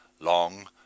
long